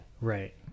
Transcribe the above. Right